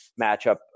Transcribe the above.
matchup